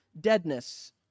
deadness